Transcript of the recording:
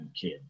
kid